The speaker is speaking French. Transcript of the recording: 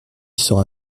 sera